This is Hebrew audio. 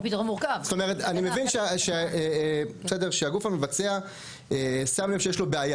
מבין שהגוף המבצע בעצם שם לב שיש לו בעיה,